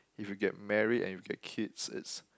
if you get married and you get kids it's